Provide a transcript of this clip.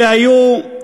אלה היו,